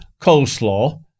coleslaw